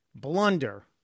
blunder